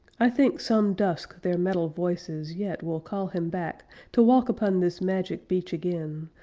i think some dusk their metal voices yet will call him back to walk upon this magic beach again,